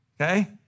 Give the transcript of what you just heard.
Okay